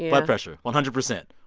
blood pressure, one hundred percent.